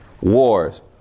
wars